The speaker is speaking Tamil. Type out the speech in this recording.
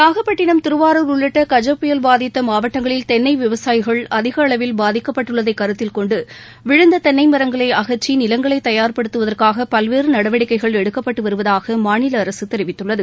நாகப்பட்டினம் திருவாரூர் உள்ளிட்ட கஜ புயல் புயல் பாதித்த மாவட்டங்களில் தென்னை விவசாயிகள் அதிக அளவில் பாதிக்கப்பட்டுள்ளதை கருத்தில் கொண்டு விழுந்த கிடக்கும் தென்னை மரங்களை அகற்றி நிலங்களை தயார்படுத்துவதற்காக பல்வேறு நடவடிக்கைகள் எடுக்கப்பட்டு வருவதாக மாநில அரசு தெரிவித்துள்ளது